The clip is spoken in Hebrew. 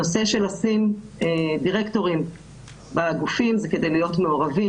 הנושא של לשים דירקטורים בגופים זה כדי להיות מעורבים,